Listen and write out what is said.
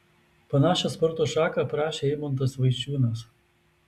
panašią sporto šaką aprašė eimuntas vaičiūnas